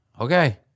okay